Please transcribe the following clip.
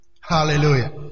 Hallelujah